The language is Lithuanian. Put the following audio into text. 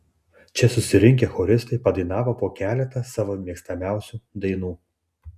čia susirinkę choristai padainavo po keletą savo mėgstamiausių dainų